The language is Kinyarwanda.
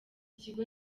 kigo